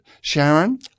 Sharon